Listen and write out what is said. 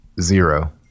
Zero